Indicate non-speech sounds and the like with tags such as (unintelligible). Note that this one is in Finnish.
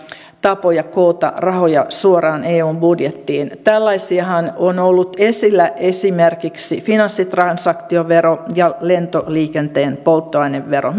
tapoja koota rahoja suoraan eun budjettiin tällaisiahan on ollut esillä esimerkiksi finanssitransaktiovero ja lentoliikenteen polttoainevero (unintelligible)